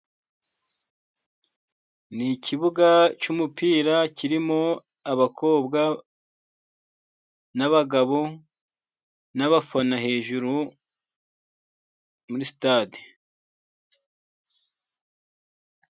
N'ikibuga cy'umupira kirimo abakobwa n'abagabo n'abafana hejuru muri sitade.